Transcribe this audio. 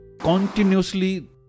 continuously